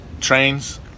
trains